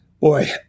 Boy